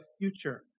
future